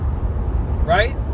Right